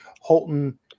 Holton